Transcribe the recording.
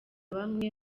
bamwe